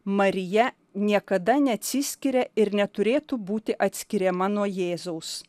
marija niekada neatsiskiria ir neturėtų būti atskiriama nuo jėzaus